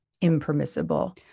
impermissible